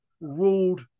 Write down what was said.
ruled